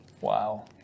Wow